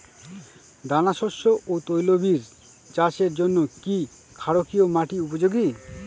দানাশস্য ও তৈলবীজ চাষের জন্য কি ক্ষারকীয় মাটি উপযোগী?